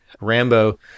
Rambo